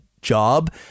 Job